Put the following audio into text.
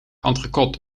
entrecote